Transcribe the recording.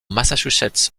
massachusetts